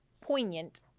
poignant